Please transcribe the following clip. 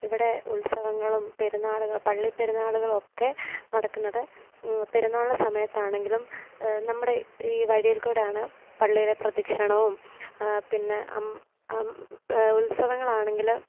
ഇവിടെ ഉത്സവങ്ങളും പെരുന്നാൾ പള്ളി പെരുന്നാളുകളൊക്കെ നടക്കുന്നത് പെരുന്നാളിൻ്റെ സമയത്താണെങ്കിലും നമ്മുടെ ഈ വഴിയിൽ കൂടെയാണ് പള്ളിയിലെ പ്രദക്ഷിണവും പിന്നെ ഉത്സവങ്ങളാണെങ്കിൽ